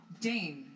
Dane